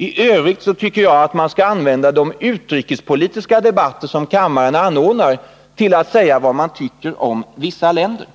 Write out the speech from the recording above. I övrigt tycker jag att man skall använda de utrikespolitiska debatter som kammaren anordnar till att säga vad man tycker om vissa länder.